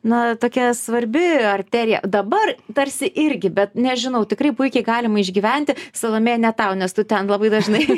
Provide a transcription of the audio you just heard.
na tokia svarbi arterija dabar tarsi irgi bet nežinau tikrai puikiai galima išgyventi salomėja ne tau nes tu ten labai dažnai